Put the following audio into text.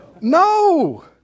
No